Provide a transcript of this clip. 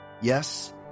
yes